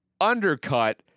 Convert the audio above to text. undercut